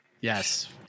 Yes